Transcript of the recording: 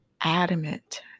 adamant